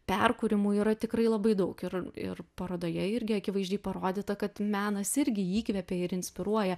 perkūrimų yra tikrai labai daug ir ir parodoje irgi akivaizdžiai parodyta kad menas irgi įkvepia ir inspiruoja